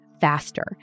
faster